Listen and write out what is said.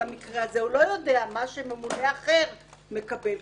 הוא לא יודע מה שממונה אחר מקבל.